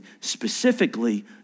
specifically